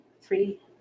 three